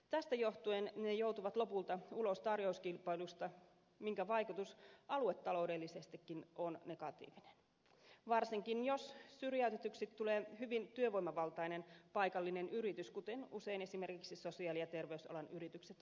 tästä johtuen ne joutuvat lopulta ulos tarjouskilpailusta minkä vaikutus aluetaloudellisestikin on negatiivinen varsinkin jos syrjäytetyksi tulee hyvin työvoimavaltainen paikallinen yritys jollaisia usein esimerkiksi sosiaali ja terveysalan yritykset ovat